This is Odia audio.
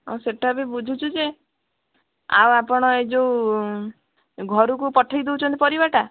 ଆଉ ସେଇଟା ବି ବୁଝୁଛୁ ଯେ ଆଉ ଆପଣ ଏ ଯେଉଁ ଘରକୁ ପଠାଇଦେଉଛନ୍ତି ପରିବାଟା